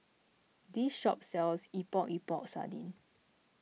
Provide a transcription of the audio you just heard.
this shop sells Epok Epok Sardin